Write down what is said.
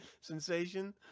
sensation